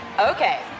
Okay